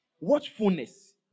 watchfulness